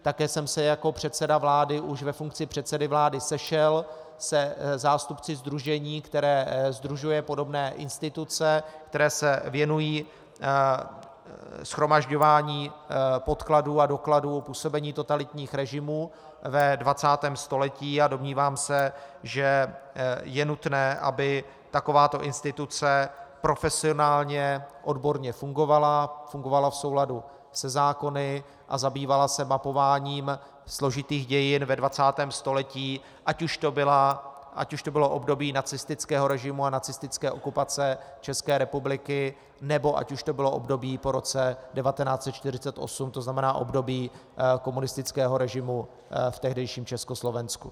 Také jsem se jako předseda vlády už ve funkci předsedy vlády sešel se zástupci sdružení, které sdružuje podobné instituce, které se věnují shromažďování podkladů a dokladů o působení totalitních režimů ve 20. století, a domnívám se, že je nutné, aby takováto instituce profesionálně odborně fungovala, fungovala v souladu se zákony a zabývala se mapováním složitých dějin ve 20. století, ať už to bylo období nacistického režimu a nacistické okupace České republiky, nebo ať už to bylo období po roce 1948, tedy období komunistického režimu v tehdejším Československu.